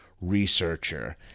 researcher